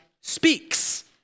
speaks